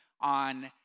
on